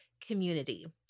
community